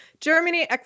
Germany